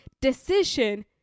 decision